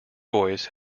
voice